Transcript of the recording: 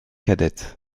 cadette